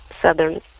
southern